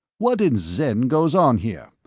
what in zen goes on here?